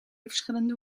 verschillende